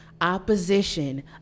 opposition